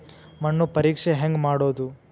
ಮಣ್ಣು ಪರೇಕ್ಷೆ ಹೆಂಗ್ ಮಾಡೋದು?